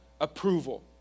approval